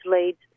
leads